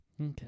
Okay